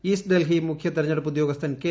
east Delhi മുഖ്യതെരഞ്ഞെടുപ്പ് ഉദ്യോഗസ്ഥൻ K